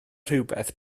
rhywbeth